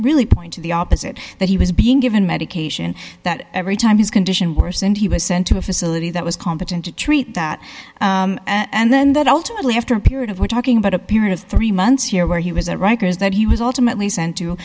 really point to the opposite that he was being given medication that every time his condition worsened he was sent to a facility that was competent to treat that and then that ultimately after a period of we're talking about a period of three months here where he was at rikers that he was ultimately sent to